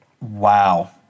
Wow